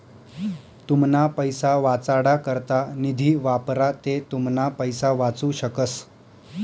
तुमना पैसा वाचाडा करता निधी वापरा ते तुमना पैसा वाचू शकस